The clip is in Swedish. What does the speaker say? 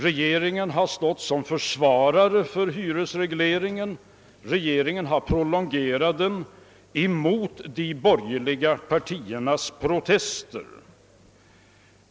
Regeringen har stått som försvarare för hyresregleringen och prolongerat den, trots de borgerliga partiernas protester.